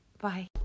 Bye